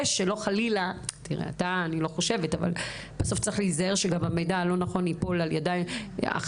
בסוף צריך להיזהר שלא ייפול מידע לידיים לא מתאימות,